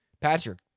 Patrick